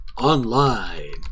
Online